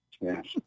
yes